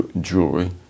jewelry